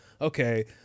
okay